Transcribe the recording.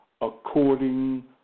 according